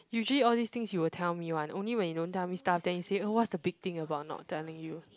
usually all these things you will tell me one only when you don't tell me stuff then you say oh what's the big thing about not telling you